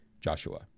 Joshua